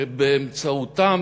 שבאמצעותם,